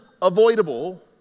Avoidable